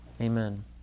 Amen